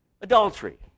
adultery